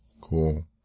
cool